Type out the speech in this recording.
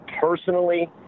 personally